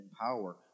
power